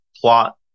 plot